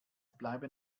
bleiben